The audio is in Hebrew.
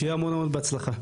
ושיהיה המון המון בהצלחה.